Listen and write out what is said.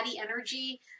energy